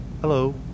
Hello